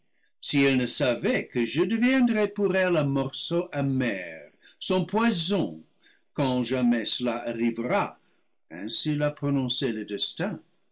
si elle ne savait que je deviendrai pour elle un morceau amer son poi son quand jamais cela arrivera ainsi l'a prononcé le destin